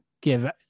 give